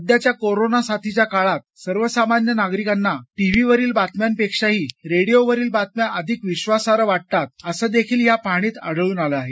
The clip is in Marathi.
सध्याच्या कोरोना साथीच्या काळात सर्वसामान्य नागरिकांना दूरचित्रवाणी वरील बातम्यांपेक्षा रेडिओवरील बातम्या अधिक विश्वासार्ह वाटतात असं देखील या पाहणीत आढळून आलं आहे